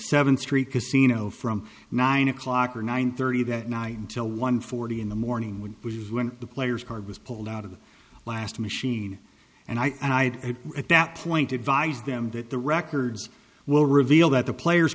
seventh street casino from nine o'clock or nine thirty that night until one forty in the morning wood which is when the players card was pulled out of the last machine and i had it at that point advised them that the records will reveal that the players